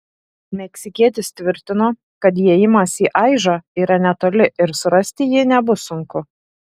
meksikietis tvirtino kad įėjimas į aižą yra netoli ir surasti jį nebus sunku